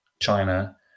China